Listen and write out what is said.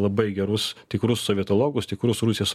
labai gerus tikrus sovietologus tikrus rusijos